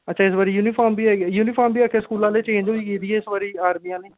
अच्छा इस बारी यूनिफार्म बी यूनिफार्म बी आक्खा दे स्कूला आह्ले चेंज होई गेदी ऐ इस बारी आर्मी आह्लें